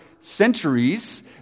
centuries